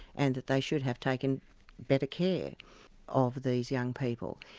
and that they should have taken better care of these young people.